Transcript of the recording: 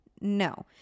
No